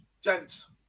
gents